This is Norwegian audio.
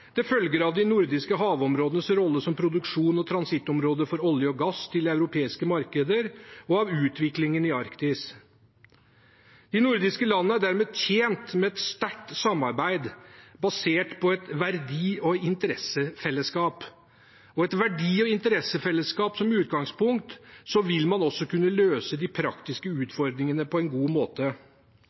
følger av de nordiske havområdenes rolle som produksjons- og transittområde for olje og gass til europeiske markeder og av utviklingen i Arktis. De nordiske landene er dermed tjent med et sterkt samarbeid basert på et verdi- og interessefellesskap. Og med et verdi- og interessefellesskap som utgangspunkt vil man også kunne løse de praktiske utfordringene på en god måte.